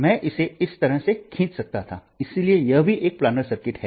मैं इसे इस तरह से खींच सकता था इसलिए यह भी एक प्लानर सर्किट है